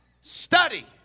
Study